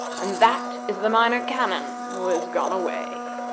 and that is the minor canon, who has gone away.